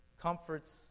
comforts